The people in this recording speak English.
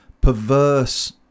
perverse